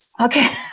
Okay